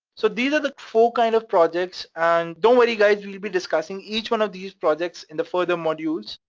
so these are the four kind of projects and don't worry guys, we will be discussing each one of these projects in the further modules.